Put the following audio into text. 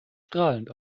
strahlend